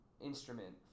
instrument